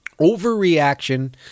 Overreaction